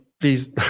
please